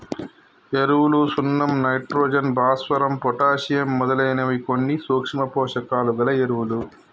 ఎరువులు సున్నం నైట్రోజన్, భాస్వరం, పొటాషియమ్ మొదలైనవి కొన్ని సూక్ష్మ పోషకాలు గల ఎరువులు